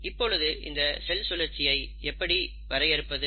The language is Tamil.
இப்பொழுது இந்த செல் சுழற்சியை எப்படி வரையறுப்பது